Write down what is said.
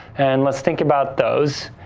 and let's think about those.